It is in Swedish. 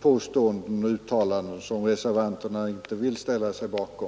påståenden och uttalanden som reservanterna inte vill ställa sig bakom.